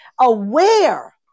aware